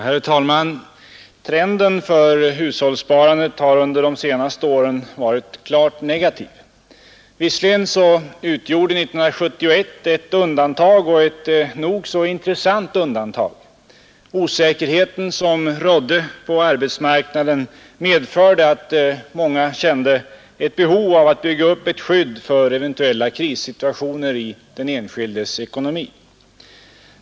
Herr talman! Trenden för hushållssparandet har under de senaste åren varit klart negativ. Visserligen utgjorde 1971 ett undantag och ett nog så intressant undantag. Osäkerheten på arbetsmarknaden medförde att många kände ett behov av att bygga upp ett skydd för eventuella krissituationer i den enskildes ekonomi.